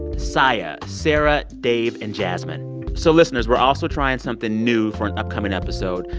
saya, sarah, dave and jasmine so listeners, we're also trying something new for an upcoming episode.